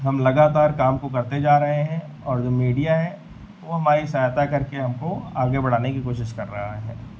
हम लगातार काम को करते जा रहे हैं और जो मीडिया है वह हमारी सहायता करके हमको आगे बढ़ाने की कोशिश कर रहा है